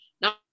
now